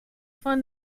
fun